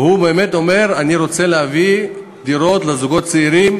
והוא אומר: אני רוצה להביא דירות לזוגות צעירים